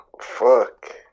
Fuck